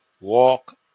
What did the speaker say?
walk